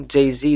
Jay-Z